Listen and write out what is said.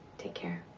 take care.